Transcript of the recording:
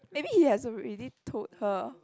maybe he has already told her